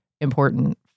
important